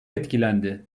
etkilendi